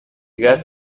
has